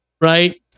right